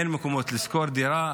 אין מקומות לשכור דירה,